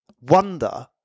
wonder